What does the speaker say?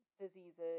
diseases